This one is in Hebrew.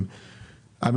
יש גם שכירויות.